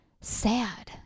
sad